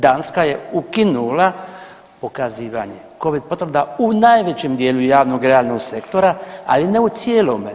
Danska je ukinula pokazivanje Covid potvrda u najvećem dijelu javnog i realnog sektora, ali ne u cijelome.